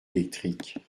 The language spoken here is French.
électrique